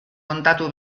kontatu